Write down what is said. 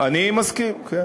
אני מסכים, כן.